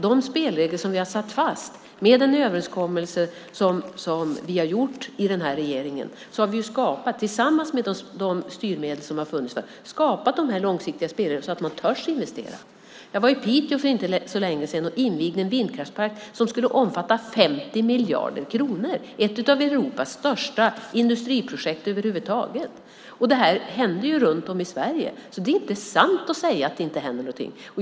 De spelregler som vi har satt fast i den överenskommelse som vi har träffat i den här regeringen har, tillsammans med de styrmedel som har funnits, skapat sådana spelregler att man törs investera. Jag var i Piteå för inte så länge sedan och invigde en vindkraftspark som skulle omfatta 50 miljarder kronor, ett av Europas största industriprojekt över huvud taget. Det här händer runt om i Sverige. Det är inte sant att det inte händer någonting.